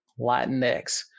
Latinx